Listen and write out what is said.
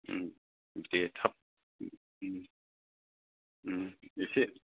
उम दे थाब उम उम एसे